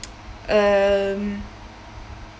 um